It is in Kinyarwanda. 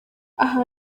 aha